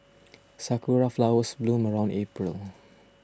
sakura flowers bloom around April